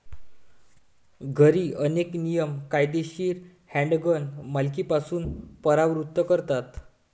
घरी, अनेक नियम कायदेशीर हँडगन मालकीपासून परावृत्त करतात